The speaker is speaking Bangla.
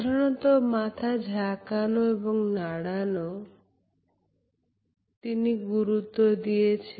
সাধারণত মাথা ঝাকানো এবং নাড়ানো তিনি গুরুত্ব দিয়েছেন